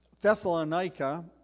Thessalonica